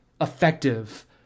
effective